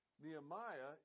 Nehemiah